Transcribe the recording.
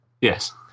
Yes